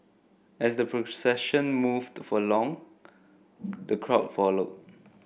as the procession moved for long the crowd followed